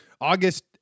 August